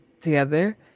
together